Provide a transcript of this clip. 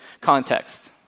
context